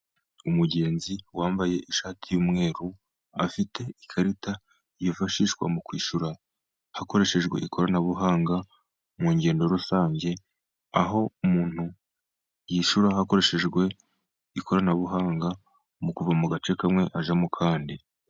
Umugenzi wambaye ishati y'umweru, afite ikarita yifashishwa mu kwishyura hakoreshejwe ikoranabuhanga, mu ngendo rusange, aho umuntu yishura hakoreshejwe ikoranabuhanga mu kuva mu gace kamwe ajya mu kandi.